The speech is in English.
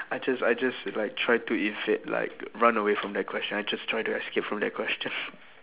I just I just if I try to invade like run away from that question I just try to escape from that question